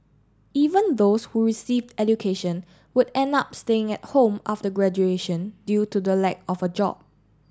even those who received education would end up staying at home after graduation due to the lack of a job